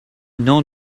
known